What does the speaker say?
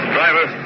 Driver